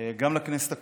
גם לכנסת הקודמת,